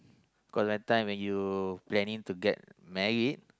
got a time when you panning to get married